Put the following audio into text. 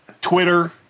Twitter